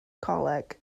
coleg